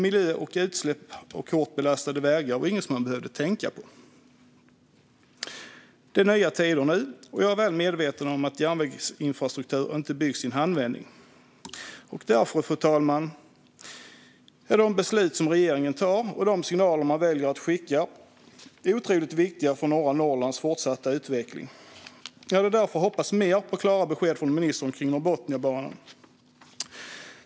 Miljö, utsläpp och hårt belastade vägar var inget som man behövde tänka på. Det är nya tider nu. Jag är väl medveten om att järnvägsinfrastruktur inte byggs i en handvändning. Därför, fru talman, är de beslut som regeringen tar och de signaler man väljer att skicka otroligt viktiga för norra Norrlands fortsatta utveckling. Jag hade därför hoppats på mer klara besked från ministern kring Norrbotniabanan.